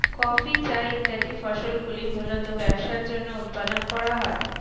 coffee, চা ইত্যাদি ফসলগুলি মূলতঃ ব্যবসার জন্য উৎপাদন করা হয়